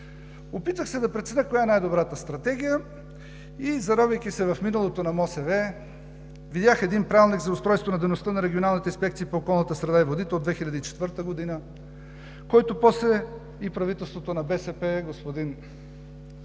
Опитах се да преценя коя е най-добрата стратегия и, заравяйки се в миналото на МОСВ, видях един Правилник за устройство на дейността на регионалните инспекции по околната среда и водите от 2004 г., който после и правителството на БСП – знаете кой